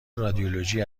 رادیولوژی